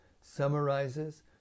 summarizes